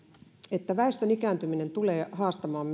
että väestön ikääntyminen tulee haastamaan